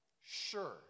Sure